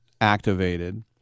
activated